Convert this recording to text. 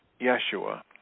Yeshua